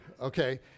okay